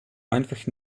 einfach